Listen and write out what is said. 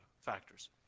factors